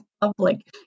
public